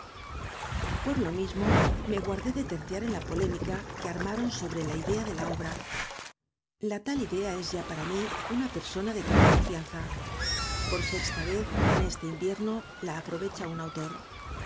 por lo mismo me guardé de terciar en la polémica que armaron sobre la idea de la obra la tal idea es ya para mi una persona de toda confianza por sexta vez en este invierno la aprovecha un autor